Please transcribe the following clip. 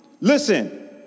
Listen